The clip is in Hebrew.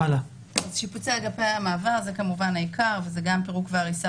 אין יותר מושבים מברזל, זה מושבים עם ריפוד.